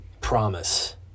promise